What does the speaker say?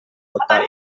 kota